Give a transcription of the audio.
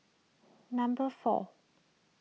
number four